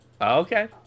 Okay